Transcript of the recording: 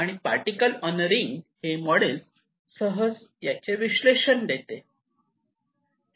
आणि particle on a ring हे model सहज याचे विश्लेषण देते